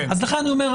לכן אני אומר,